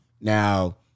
Now